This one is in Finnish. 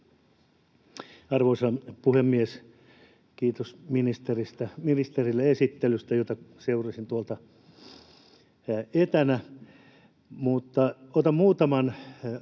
Arvoisa puhemies! Kiitos ministerille esittelystä, jota seurasin tuolta etänä. Otan esille muutaman